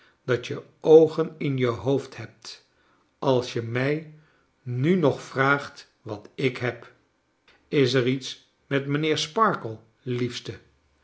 dat je oogen in je hoofd hebt als je mij nu nog vraagt wat ik heb is er iets met mijnheer sparkler liefste